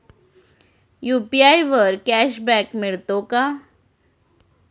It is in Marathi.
यु.पी.आय वर कॅशबॅक मिळतो का?